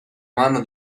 mano